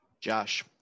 Josh